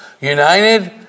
united